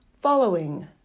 following